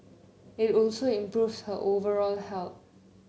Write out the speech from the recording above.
it also improves her overall health